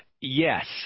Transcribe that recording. Yes